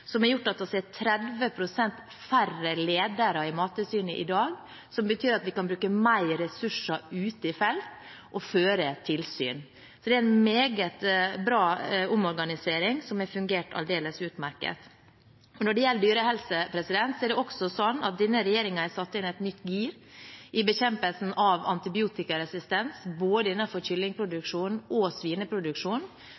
som har gjort at vi har 30 pst. færre ledere i Mattilsynet i dag, som betyr at vi kan bruke mer ressurser ute i felt og føre tilsyn. Så det er en meget bra omorganisering som har fungert aldeles utmerket. Når det gjelder dyrehelse, er det også sånn at denne regjeringen har satt inn et nytt gir i bekjempelsen av antibiotikaresistens. Både innenfor kyllingproduksjon og svineproduksjon